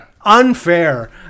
unfair